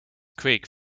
creek